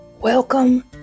welcome